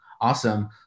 Awesome